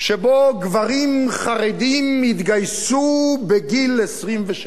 שבו גברים חרדים יתגייסו בגיל 26,